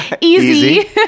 Easy